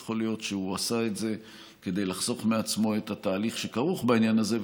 יכול להיות שהוא עשה את זה כדי לחסוך מעצמו את התהליך שכרוך בעניין הזה,